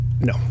No